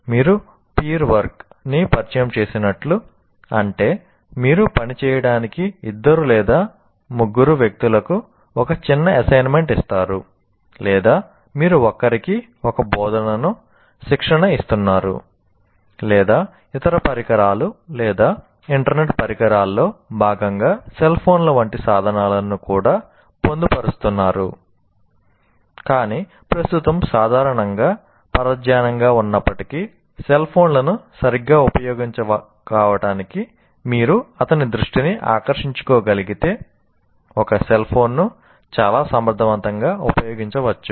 మీరు peer work ని పరిచయం చేసినట్లు అంటే మీరు పని చేయడానికి ఇద్దరు లేదా ముగ్గురు వ్యక్తులకు ఒక చిన్న అసైన్మెంట్ ఇస్తారు లేదా మీరు ఒకరికి ఒక బోధనను శిక్షణ ఇస్తున్నారు లేదా ఇతర పరికరాలు లేదా ఇంటర్నెట్ పరికరాల్లో భాగంగా సెల్ ఫోన్ల వంటి సాధనాలను కూడా పొందుపరుస్తున్నారు కానీ ప్రస్తుతం సాధారణంగా పరధ్యానంగా ఉన్నప్పటికీ సెల్ ఫోన్లను సరిగ్గా ఉపయోగించుకోవటానికి మీరు అతని దృష్టిని ఆకర్షించగలిగితే ఒక సెల్ ఫోన్ను చాలా సమర్థవంతంగా ఉపయోగించవచ్చు